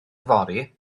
yfory